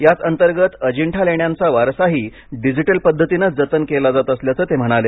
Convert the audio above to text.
याच अंतर्गत अजिंठा लेण्यांचा वारसाही डिजिटल पद्धतीनं जतन केला जात असल्याचं ते म्हणाले